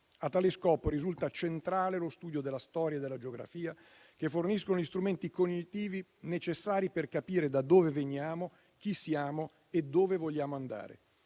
A tale scopo, risulta centrale lo studio della storia e della geografia, che fornisce gli strumenti cognitivi necessari per capire da dove veniamo, chi siamo e dove vogliamo andare.